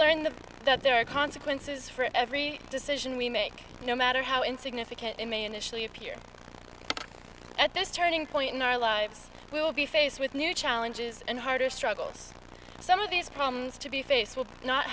learned that there are consequences for every decision we make no matter how insignificant they may initially appear at this turning point in our lives will be faced with new challenges and harder struggles some of these problems to be faced will not